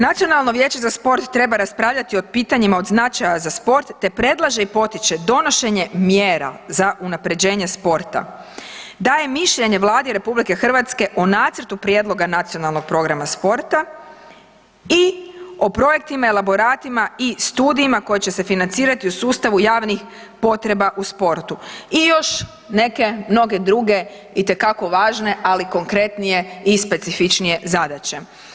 Nacionalno vijeće za sport treba raspravljati o pitanjima od značaja za sport te predlaže i potiče donošenje mjera za unapređenje sporta, daje mišljenje Vladi RH o nacrtu prijedloga nacionalnog programa sporta i o projektima, elaboratima i studijima koji će se financirati u sustavu javnih potreba u sportu i još neke mnoge druge itekako važne, ali konkretnije i specifičnije zadaće.